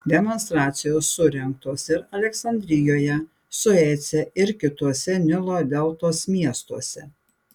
demonstracijos surengtos ir aleksandrijoje suece ir kituose nilo deltos miestuose